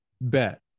bet